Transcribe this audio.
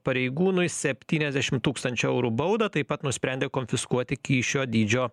pareigūnui septyniasdešim tūkstančių eurų baudą taip pat nusprendė konfiskuoti kyšio dydžio